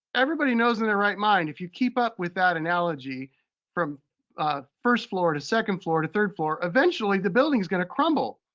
everybody knows in their right mind, if you keep up with that analogy from first floor to second floor to third floor, eventually, the building's the crumble.